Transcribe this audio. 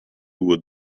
will